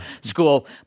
school